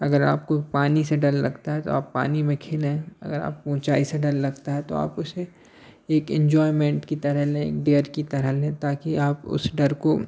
अगर आपको पानी से डर लगता है तो आप पानी में खेलें अगर आपको ऊँचाई से डर लगता है तो आप उसे एक इन्जॉयमेंट की तरह लें एक डेयर की तरह लें ताकि आप उस डर को